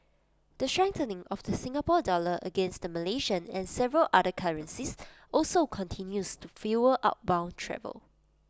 the strengthening of the Singapore dollar against the Malaysian and several other currencies also continues to fuel outbound travel